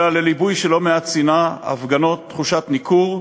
אלא לליבוי של לא מעט שנאה, הפגנות, תחושת ניכור,